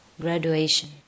graduation